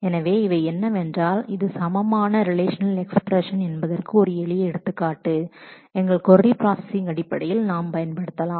எனவே இவை என்னவென்றால் இது எளிமையான சமமான ரிலேஷநல் எக்ஸ்பிரஷன் எடுத்துக்காட்டு அவற்றை நாம் கொரி பிராஸஸிங் அடிப்படையில் பயன்படுத்தலாம்